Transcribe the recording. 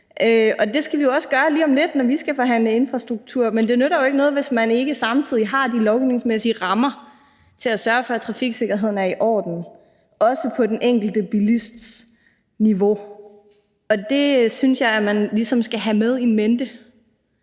Det skal vi også gøre lige om lidt, når vi skal forhandle infrastruktur, men det nytter jo ikke noget, hvis man ikke samtidig har de lovgivningsmæssige rammer til at sørge for, at trafiksikkerheden er i orden, også på den enkelte bilists niveau. Det synes jeg bare man skal have in mente,